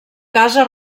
casa